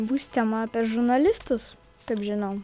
bus tema apie žurnalistus taip žinau